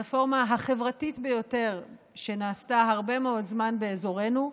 הרפורמה החברתית ביותר שנעשתה הרבה מאוד זמן באזורנו.